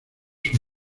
sus